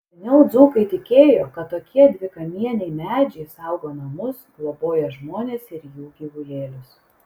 seniau dzūkai tikėjo kad tokie dvikamieniai medžiai saugo namus globoja žmones ir jų gyvulėlius